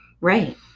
Right